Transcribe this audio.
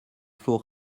faut